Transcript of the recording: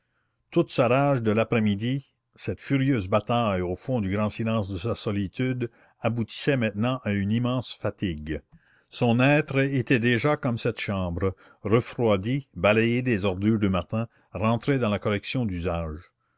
toute sa rage de l'après-midi cette furieuse bataille au fond du grand silence de sa solitude aboutissait maintenant à une immense fatigue son être était déjà comme cette chambre refroidi balayé des ordures du matin rentré dans la correction d'usage